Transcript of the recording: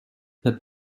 that